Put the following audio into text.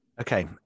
Okay